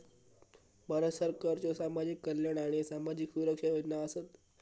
भारत सरकारच्यो सामाजिक कल्याण आणि सामाजिक सुरक्षा योजना आसत